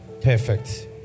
Perfect